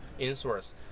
insource